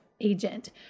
agent